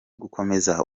gukomeza